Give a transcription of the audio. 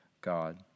God